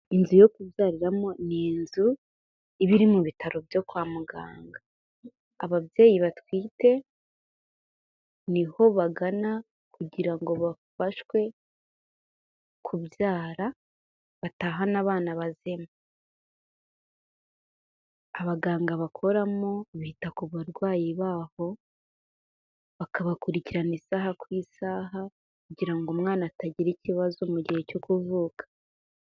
Inzu yo kubyariramo ni inzu ibi mu bitaro byo kwa muganga. Ababyeyi batwite niho bagana, kugira ngo bafashwe kubyara batahane abana bazima. Abaganga bakoramo, bita ku barwayi babo bakabakurikirana isaha ku isaha, kugira ngo umwana atagira ikibazo mu gihe cyo kuvuka.